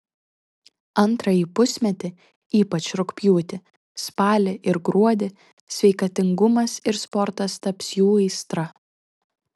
antrąjį pusmetį ypač rugpjūtį spalį ir gruodį sveikatingumas ir sportas taps jų aistra